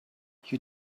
you